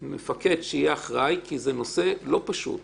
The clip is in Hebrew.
כי זה נושא לא פשוט.